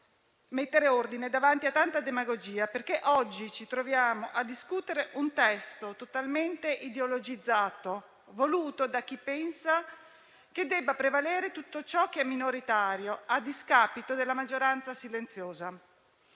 mettere ordine davanti a tanta demagogia, perché oggi ci troviamo a discutere un testo totalmente ideologizzato, voluto da chi pensa che debba prevalere tutto ciò che è minoritario, a discapito della maggioranza silenziosa.